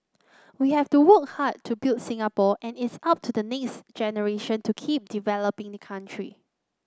we have to worked hard to build up Singapore and it's up to the next generation to keep developing the country